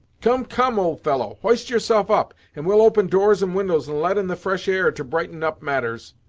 come, come, old fellow hoist yourself up, and we'll open doors and windows and let in the fresh air to brighten up matters.